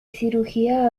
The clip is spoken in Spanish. cirugía